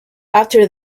after